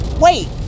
Wait